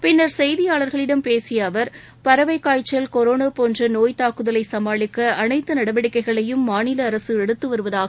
பின்னர் செய்தியாளர்களிடம் பேசிய அவர் பறவை காய்ச்சல் கொரோனா போன்ற நோய் தாக்குதலை சமாளிக்க அனைத்து நடவடிக்கைகளையும் மாநில அரசு எடுத்து வருவதாக தெரிவித்தார்